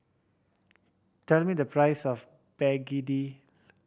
tell me the price of begedil